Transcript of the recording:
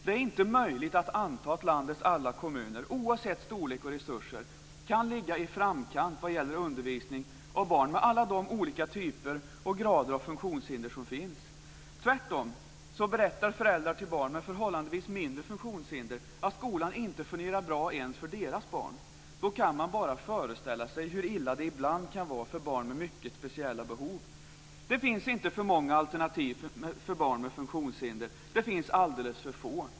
Det är inte möjligt att anta att landets alla kommuner, oavsett storlek och resurser, kan ligga i framkant vad gäller undervisning av barn med alla de olika typer och grader av funktionshinder som finns. Tvärtom berättar föräldrar till barn med förhållandevis mindre funktionshinder att skolan inte fungerar bra ens för deras barn. Då kan man bara föreställa sig hur illa det ibland kan vara för barn med mycket speciella behov. Det finns inte för många alternativ för barn med funktionshinder, det finns alldeles för få.